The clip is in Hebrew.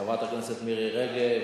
חברת הכנסת מירי רגב,